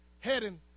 heading